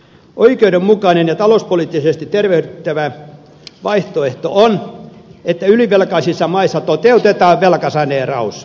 oikeudenmukainen ja talouspoliittisesti tervehdyttävä vaihtoehto on että ylivelkaisissa maissa toteutetaan velkasaneeraus